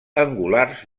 angulars